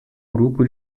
grupo